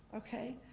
okay?